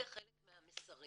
זה חלק מהמסרים.